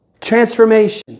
Transformation